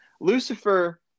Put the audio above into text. Lucifer